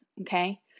Okay